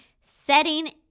setting